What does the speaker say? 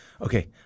Okay